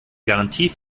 garantie